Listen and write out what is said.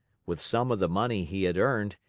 with some of the money he had earned,